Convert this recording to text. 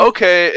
Okay